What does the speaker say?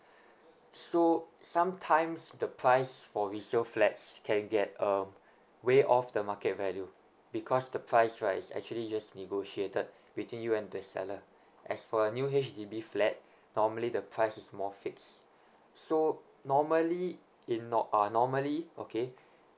so sometimes the price for resale flats can get uh way off the market value because the price right is actually just negotiated between you and the seller as for a new H_D_B flat normally the price is more fixed so normally in nor~ uh normally okay